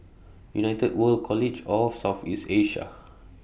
United World College of South East Asia